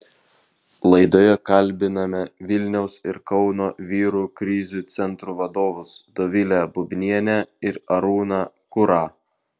laidoje kalbiname vilniaus ir kauno vyrų krizių centrų vadovus dovilę bubnienę ir arūną kurą